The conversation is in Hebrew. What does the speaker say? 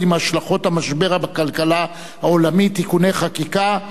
עם השלכות המשבר בכלכלה העולמית (תיקוני חקיקה),